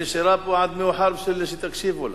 היא נשארה פה עד מאוחר בשביל שתקשיבו לה.